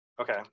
Okay